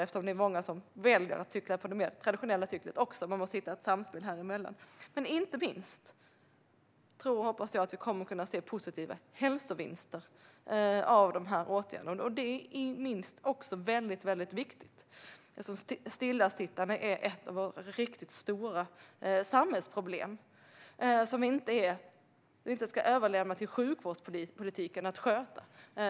Det är ju också många som väljer att cykla på det mer traditionella sättet, och man måste hitta ett samspel häremellan. Inte minst tror och hoppas jag dock att vi kommer att kunna se positiva hälsovinster av dessa åtgärder. Det är väldigt viktigt. Stillasittande är ett av våra riktigt stora samhällsproblem, som vi inte ska överlämna till sjukvårdspolitiken att sköta.